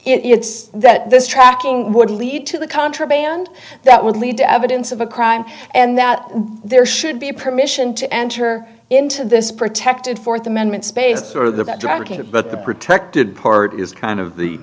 it's that this tracking would lead to the contraband that would lead to evidence of a crime and that there should be a permission to enter into this protected fourth amendment space sort of the bedrock of but the protected part is kind of the